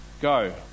Go